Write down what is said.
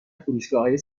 فروشگاههای